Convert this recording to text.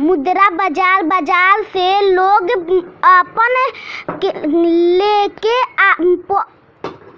मुद्रा बाजार बाजार से लोग पईसा लेके आपन